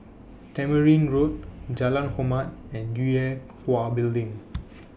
Tamarind Road Jalan Hormat and Yue Hwa Building